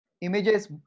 Images